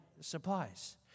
supplies